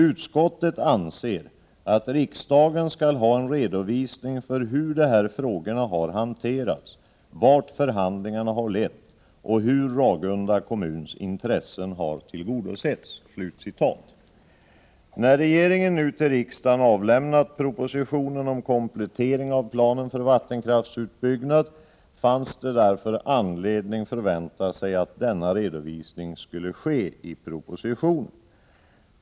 Utskottet anser att riksdagen skall ha en redovisning för hur de här frågorna har hanterats, vart förhandlingarna har lett och hur Ragunda kommuns intressen har tillgodosetts.” När regeringen nu till riksdagen avlämnat propositionen om komplettering av planen för vattenkraftsutbyggnad fanns det därför anledning att förvänta sig att denna redovisning skulle ske i propositionen.